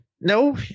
No